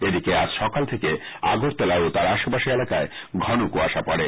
এদিকে আজ সকাল থেকে আগরতলা ও তার আশেপাশে এলাকায় ঘন কুয়াশা পড়ে